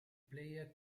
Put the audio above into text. player